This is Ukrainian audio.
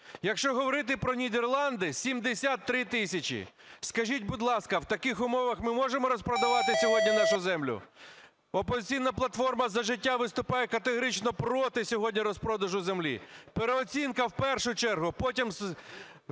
якщо говорити про Нідерланди – 73 тисячі. Скажіть, будь ласка, в таких умовах ми можемо розпродавати сьогодні нашу землю? "Опозиційна платформа - За життя" виступає категорично проти сьогодні розпродажу землі. Переоцінка в першу чергу, потім,